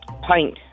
Pint